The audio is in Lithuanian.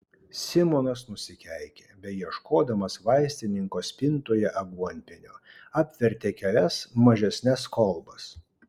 simonas nusikeikė beieškodamas vaistininko spintoje aguonpienio apvertė kelias mažesnes kolbas